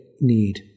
need